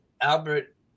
Albert